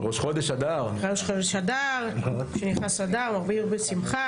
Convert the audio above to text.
ראש חודש אדר, משנכנס אדר מרבים בשמחה.